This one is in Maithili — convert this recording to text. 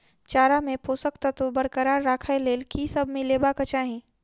चारा मे पोसक तत्व बरकरार राखै लेल की सब मिलेबाक चाहि?